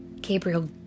Gabriel